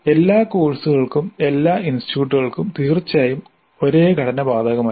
എല്ലാ കോഴ്സുകൾക്കും എല്ലാ ഇൻസ്റ്റിറ്റ്യൂട്ടുകൾക്കും തീർച്ചയായും ഒരേ ഘടന ബാധകമല്ല